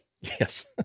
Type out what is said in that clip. Yes